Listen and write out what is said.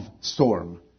storm